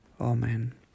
Amen